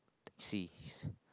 seas